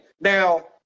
Now